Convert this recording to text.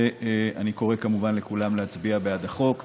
ואני קורא כמובן לכולם להצביע בעד החוק,